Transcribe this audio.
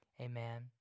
Amen